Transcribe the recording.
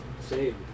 save